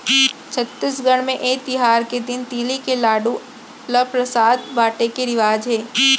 छत्तीसगढ़ म ए तिहार के दिन तिली के लाडू ल परसाद बाटे के रिवाज हे